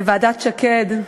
לוועדת שקד,